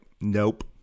nope